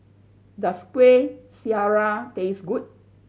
does Kueh Syara taste good